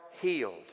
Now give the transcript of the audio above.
healed